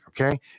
okay